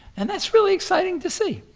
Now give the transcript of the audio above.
and that's really exciting to see,